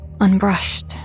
Unbrushed